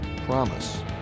promise